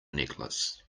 necklace